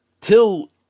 till